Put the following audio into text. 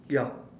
ya